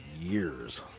years